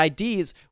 IDs